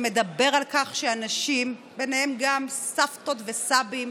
שמדבר על כך שאנשים, ובהם גם סבתות וסבים,